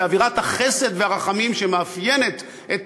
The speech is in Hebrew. באווירת החסד והרחמים שמאפיינת את